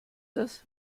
das